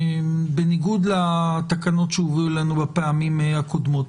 בניגוד לתקנות שהובאו לנו בפעמים הקודמות,